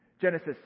Genesis